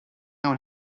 own